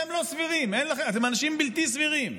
אתם לא סבירים, אתם אנשים בלתי סבירים,